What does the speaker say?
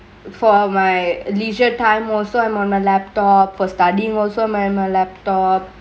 for my leisure time also I'm on my laptop for studyingk also my my laptop